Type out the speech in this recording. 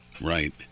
Right